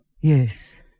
yes